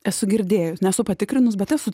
esu girdėjęs nesu patikrinus bet esu